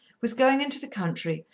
was going into the country,